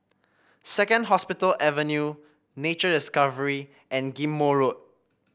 Second Hospital Avenue Nature Discovery and Ghim Moh Road